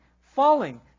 falling